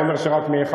אני לא אומר שרק מאחד.